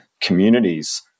communities